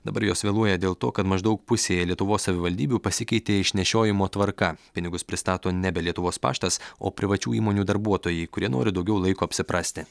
dabar jos vėluoja dėl to kad maždaug pusėje lietuvos savivaldybių pasikeitė išnešiojimo tvarka pinigus pristato nebe lietuvos paštas o privačių įmonių darbuotojai kurie nori daugiau laiko apsiprasti